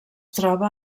troba